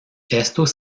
estos